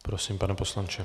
Prosím, pane poslanče.